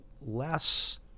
less